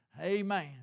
Amen